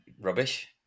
rubbish